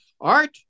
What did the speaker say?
Art